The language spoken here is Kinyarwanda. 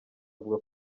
avuga